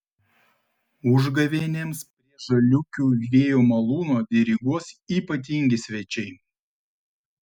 užgavėnėms prie žaliūkių vėjo malūno diriguos ypatingi svečiai